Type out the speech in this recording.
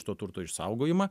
už to turto išsaugojimą